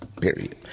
period